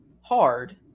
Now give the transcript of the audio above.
hard